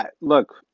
look